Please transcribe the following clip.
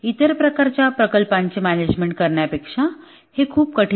इतर प्रकारच्या प्रकल्पांचे मॅनेजमेंट करण्यापेक्षा हे खूप कठीण आहे